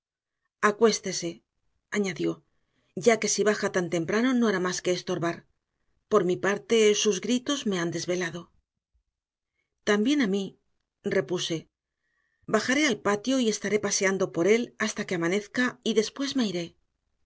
acuéstese añadió ya que si baja tan temprano no hará más que estorbar por mi parte sus gritos me han desvelado también a mí repuse bajaré al patio y estaré paseando por él hasta que amanezca y después me iré